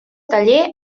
taller